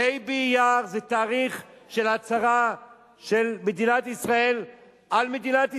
ה' באייר זה תאריך של הצהרה של מדינת ישראל על מדינת ישראל,